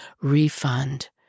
refund